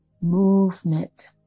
movement